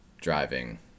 driving